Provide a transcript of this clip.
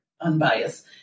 unbiased